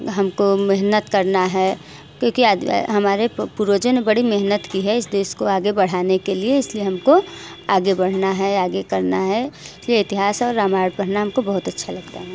हमको मेहनत करना है क्योंकि आद हमारे पूर्वजों ने बड़ी मेहनत की है इस देश को आगे बढ़ाने के लिए इसलिए हमको आगे बढ़ना है आगे करना है इसलिए इतिहास और रामायण पढ़ना हमको बहुत अच्छा लगता हैं